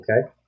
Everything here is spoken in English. Okay